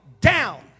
down